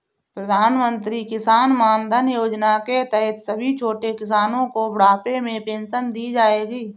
प्रधानमंत्री किसान मानधन योजना के तहत सभी छोटे किसानो को बुढ़ापे में पेंशन दी जाएगी